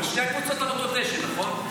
אבל שתי הקבוצות על אותו דשא, נכון?